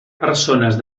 persones